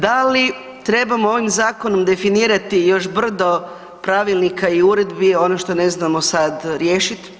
Da li trebamo ovim zakonom definirati još brdo pravilnika i uredbi ono što ne znamo sad riješit?